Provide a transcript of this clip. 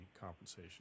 compensation